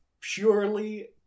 purely